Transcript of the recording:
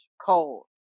cold